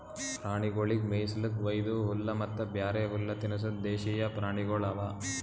ಪ್ರಾಣಿಗೊಳಿಗ್ ಮೇಯಿಸ್ಲುಕ್ ವೈದು ಹುಲ್ಲ ಮತ್ತ ಬ್ಯಾರೆ ಹುಲ್ಲ ತಿನುಸದ್ ದೇಶೀಯ ಪ್ರಾಣಿಗೊಳ್ ಅವಾ